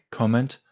comment